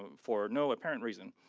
um for no apparent reason,